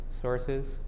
sources